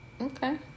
okay